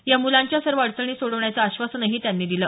या मूलांच्या सर्व अडचणी सोडवण्याचं आश्वासनही त्यांनी दिलं